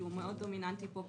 שהוא מאוד דומיננטי פה,